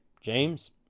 James